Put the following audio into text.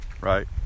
Right